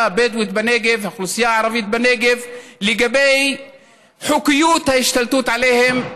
הבדואית בנגב לגבי חוקיות ההשתלטות עליהם.